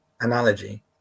analogy